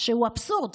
שהוא אבסורד,